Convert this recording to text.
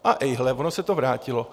A ejhle, ono se to vrátilo.